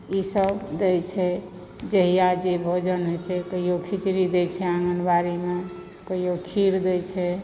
ई सभ दैत छै जहिया जे भोजन होइ छै कहिओ खिचड़ी दय छनि आँगनबाड़ीमऽ कहिओ खीर दैत छै